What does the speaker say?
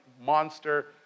monster